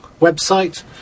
website